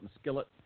skillet